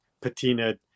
patina